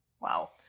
Wow